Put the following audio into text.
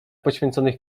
poświęconych